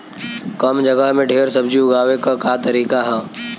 कम जगह में ढेर सब्जी उगावे क का तरीका ह?